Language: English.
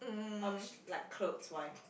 um like clothes wise